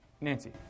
Nancy